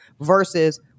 versus